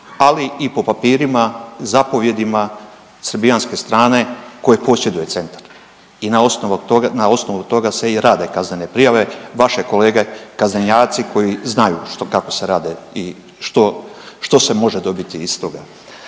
ali i po papirima, zapovijedima srbijanske strane koje posjeduje centar i na osnovu toga se i rade kaznene prijave. Vaše kolege kaznenjaci koji znaju kako se rade i što se može dobiti iz toga.